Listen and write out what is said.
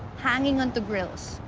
hanging onto grills,